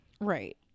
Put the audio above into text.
Right